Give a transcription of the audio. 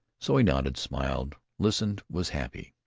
so he nodded, smiled, listened, was happy.